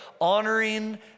honoring